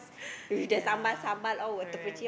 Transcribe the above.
yeah correct